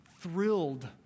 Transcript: thrilled